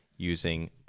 using